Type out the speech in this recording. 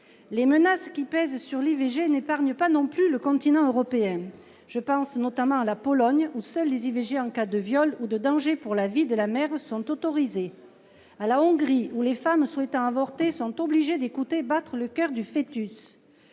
les menaces qui pèsent sur l’IVG n’épargnent pas non plus le continent européen. Je pense notamment à la Pologne où seules les IVG en cas de viol ou de danger pour la vie de la mère sont autorisées, à la Hongrie où les femmes souhaitant avorter sont obligées d’écouter battre le cœur du fœtus.